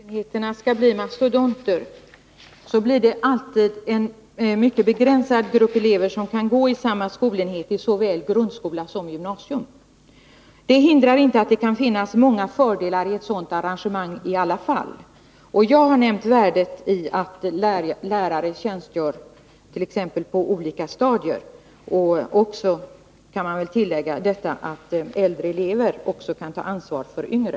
Herr talman! Om inte skolenheterna skall bli mastodonter kommer det alltid att vara en mycket begränsad grupp elever som kan gå i samma skolenhet i såväl grundskola som gymnasium. Det hindrar inte att det kan finnas många fördelar med ett sådant arrangemang i alla fall, och jag har nämnt värdet av att lärare tjänstgör på olika stadier. Jag vill tillägga att det också ligger ett värde i att äldre elever kan ta ansvar för yngre.